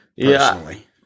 Personally